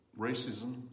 racism